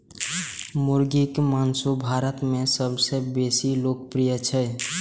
मुर्गीक मासु भारत मे सबसं बेसी लोकप्रिय छै